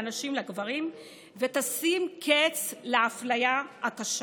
נשים לאלה של גברים ותשים קץ לאפליה הקשה.